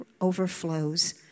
overflows